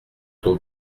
ton